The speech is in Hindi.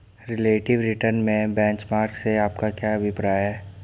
रिलेटिव रिटर्न में बेंचमार्क से आपका क्या अभिप्राय है?